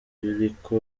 biriko